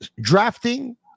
drafting